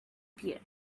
beer